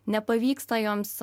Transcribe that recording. nepavyksta joms